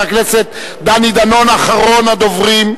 חבר הכנסת דני דנון, אחרון הדוברים.